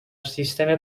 سیستم